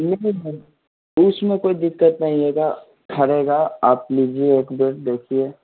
उसमें कोई दिक्कत नहीं होगा फरेगा आप लीजिए एक बार देखिए